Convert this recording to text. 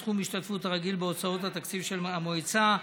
סכום ההשתתפות הרגיל בהוצאות התקציב של מועצה),